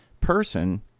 person